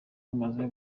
rumaze